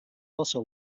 also